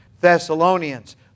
Thessalonians